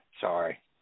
Sorry